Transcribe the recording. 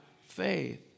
faith